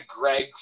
Greg